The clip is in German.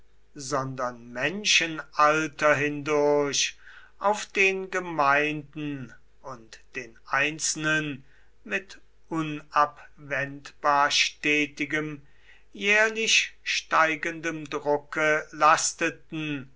sondern menschenalter hindurch auf den gemeinden und den einzelnen mit unabwendbar stetigem jährlich steigendem drucke lasteten